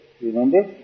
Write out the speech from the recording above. remember